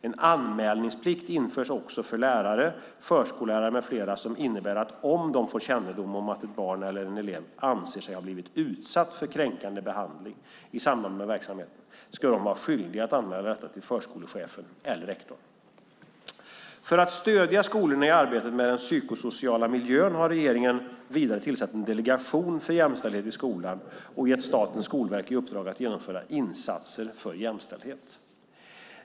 En anmälningsplikt införs också för lärare, förskollärare med flera som innebär att om de får kännedom om att ett barn eller en elev anser sig ha blivit utsatt för kränkande behandling i samband med verksamheten ska de vara skyldiga att anmäla detta till förskolechefen eller rektorn. För att stödja skolorna i arbetet med den psykosociala miljön har regeringen vidare tillsatt en delegation för jämställdhet i skolan och gett Statens skolverk i uppdrag att genomföra insatser för jämställdhet.